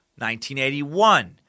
1981